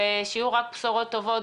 ושיהיו רק בשורות טובות.